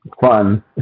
Fun